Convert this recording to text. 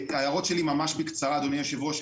ההערות שלי, ממש בקצרה, אדוני היושב-ראש.